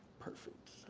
perfect.